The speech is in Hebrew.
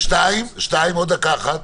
שתיים, עוד דקה אחת,